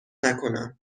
نکنم